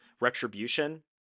retribution